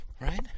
right